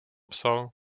psal